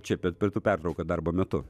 čia per pietų pertrauką darbo metu